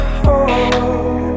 home